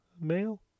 Male